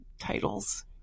titles